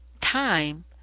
time